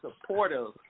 supportive